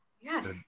Yes